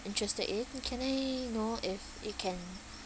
interested in can I know if it can